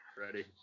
Ready